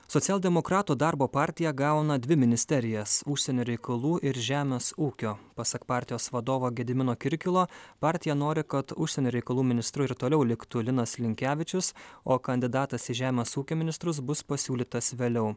socialdemokratų darbo partija gauna dvi ministerijas užsienio reikalų ir žemės ūkio pasak partijos vadovo gedimino kirkilo partija nori kad užsienio reikalų ministru ir toliau liktų linas linkevičius o kandidatas į žemės ūkio ministrus bus pasiūlytas vėliau